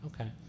Okay